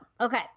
okay